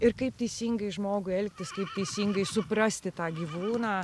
ir kaip teisingai žmogui elgtis kaip teisingai suprasti tą gyvūną